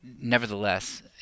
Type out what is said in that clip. Nevertheless